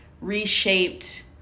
reshaped